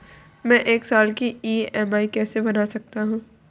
मैं एक साल की ई.एम.आई कैसे बना सकती हूँ?